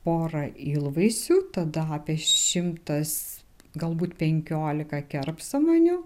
pora ylvaisių tada apie šimtas galbūt penkiolika kerpsamanių